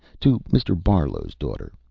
to mr. barlow's daughter.